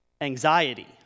Anxiety